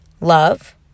love